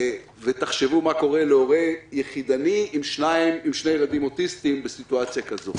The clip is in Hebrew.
ותחשבו מה קורה להורה יחידני עם שני ילדים אוטיסטים בסיטואציה כזו.